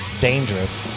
dangerous